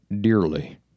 dearly